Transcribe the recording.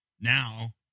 now